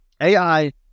AI